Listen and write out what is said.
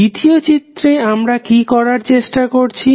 দ্বিতীয় চিত্রে আমরা কি করার চেষ্টা করছি